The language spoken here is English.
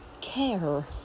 care